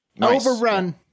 overrun